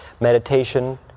meditation